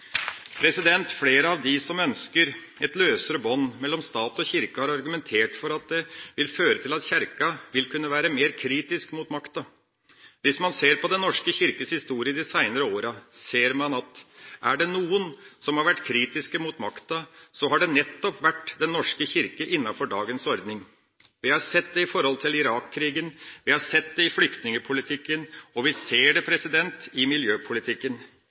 Flere av dem som ønsker et løsere bånd mellom stat og kirke, har argumentert for at det vil føre til at Kirka vil kunne være mer kritisk mot makta. Hvis man ser på Den norske kirkes historie de senere årene, ser man at er det noen som har vært kritiske mot makta, har det nettopp vært Den norske kirke innenfor dagens ordning. Vi har sett det i Irak-krigen, vi har sett det i flyktningpolitikken, og vi ser det i miljøpolitikken